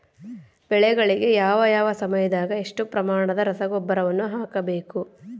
ಬೆಳೆಗಳಿಗೆ ಯಾವ ಯಾವ ಸಮಯದಾಗ ಎಷ್ಟು ಪ್ರಮಾಣದ ರಸಗೊಬ್ಬರವನ್ನು ಹಾಕಬೇಕು?